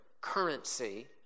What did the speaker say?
currency